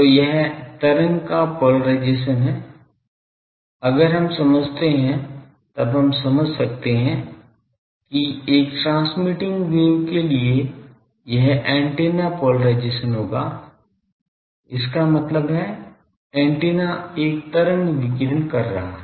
तो यह तरंग का पोलराइजेशन है अगर हम समझते हैं तब हम समझ सकते हैं कि एक ट्रांसमिटिंग वेव के लिए यह एंटेना पोलराइजेशन होगा इसका मतलब है एंटीना एक तरंग विकीर्ण कर रहा है